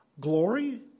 glory